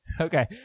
Okay